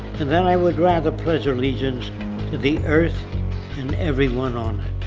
and that i would rather pledge allegiance to the earth and everyone on